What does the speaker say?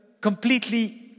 completely